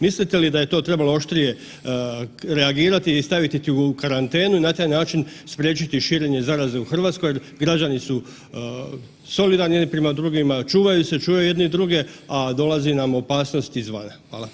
Mislite li da je to trebalo oštrije reagirati i staviti ih u karantenu i na taj način spriječiti širenje zaraze u RH jer građani su solidarni jedni prema drugima, čuvaju se, čuvaju jedni druge, a dolazi nam opasnost izvana.